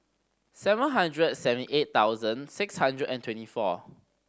seven hundred and seventy eight thousand six hundred and twenty four